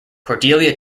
cordelia